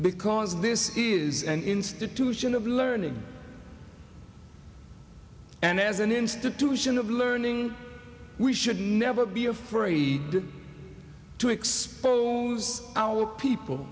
because this is an institution of learning and as an institution of learning we should never be afraid to expose our people